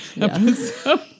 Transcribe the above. episode